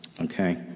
Okay